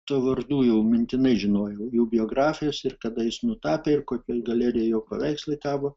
tų vardų jau mintinai žinojau jų biografijas ir kada jis nutapė ir kokioj galerijoj jo paveikslai kabo